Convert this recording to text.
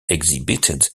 exhibited